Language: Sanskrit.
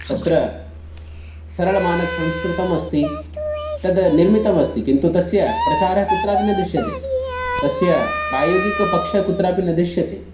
तत्र सरलमानकसंस्कृतम् अस्ति तद् निर्मितम् अस्ति किन्तु तस्य प्रचारः कुत्रापि न दृश्यते तस्य प्रायोगिकपक्षः कुत्रापि न दृश्यते